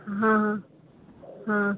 હાં હાં હાં